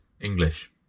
English